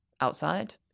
outside